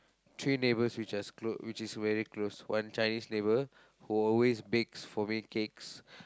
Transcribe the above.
three neighbours which as close which is very close one Chinese neighbour who will always bakes for me cakes